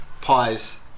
pies